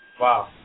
wow